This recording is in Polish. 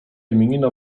imieniny